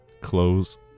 close